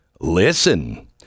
listen